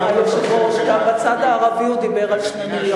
היושב-ראש, גם בצד הערבי הוא דיבר על 2 מיליון.